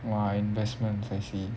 !wah! investments I see